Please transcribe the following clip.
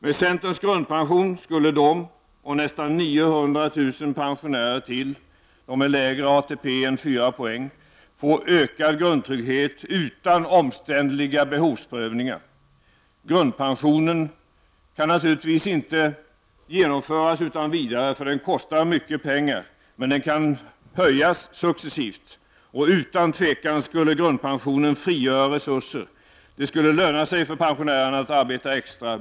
Med centerns grundpension skulle dessa — och nästan 900 000 pensionärer till, de med lägre ATP än fyra poäng — få ökad grundtrygghet utan omständliga behovsprövningar. Grundpensionen kan naturligtvis inte genomföras utan vidare, för det kostar mycket pengar, men den kan höjas successivt. Utan tvivel skulle grundpensionen frigöra resurser. Det skulle löna sig för pensionärerna att arbeta extra.